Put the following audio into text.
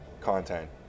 content